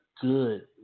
good